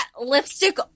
lipstick